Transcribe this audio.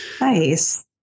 Nice